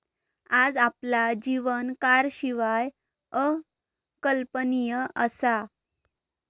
आज आपला जीवन कारशिवाय अकल्पनीय असा